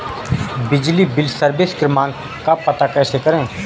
बिजली bill service क्रमांक का पता कैसे करें?